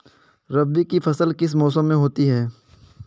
रबी की फसल किस मौसम में होती है?